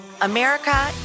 America